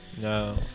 No